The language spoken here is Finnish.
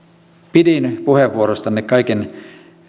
pidin puheenvuorostanne kaiken